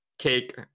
cake